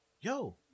Yo